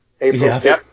April